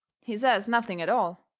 he says nothing at all.